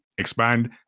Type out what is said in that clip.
expand